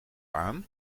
aan